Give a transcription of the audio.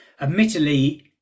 admittedly